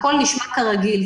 והכול נשמע כרגיל.